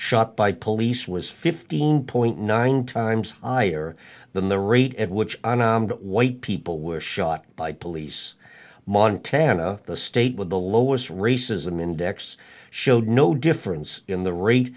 by police was fifteen point nine times higher than the rate at which white people were shot by police montana the state with the lowest racism index showed no difference in the rate